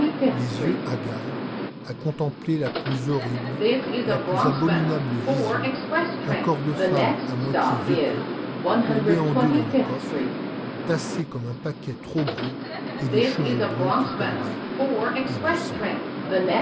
les yeux hagards à contempler la plus horrible la plus abominable vision un corps de femme à moitié vêtu courbé en deux dans le coffre tassé comme un paquet trop gros et des cheveux blonds qui pendaient et du sang